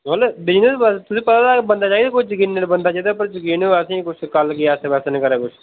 मतलब बिजनेस बारे तुसेंगी पता के बंदा चाहिदा कोई यकीनन बंदा चाहिदा जेह्दे पर यकीन होवे असेंगी कुछ कल गी ऐसे वैसा नी करै कुछ